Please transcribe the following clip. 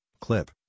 clip